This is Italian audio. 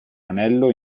anello